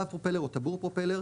להב פרופלר או טבור פרופלר,